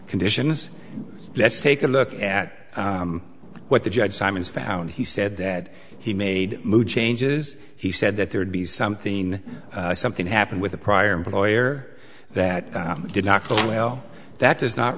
conditions let's take a look at what the judge simon found he said that he made changes he said that there would be something something happened with a prior employer that did not go well that does not